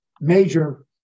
major